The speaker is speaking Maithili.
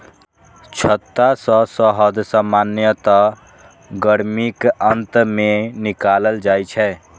छत्ता सं शहद सामान्यतः गर्मीक अंत मे निकालल जाइ छै